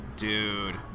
Dude